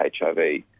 HIV